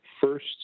first